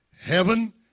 heaven